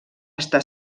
està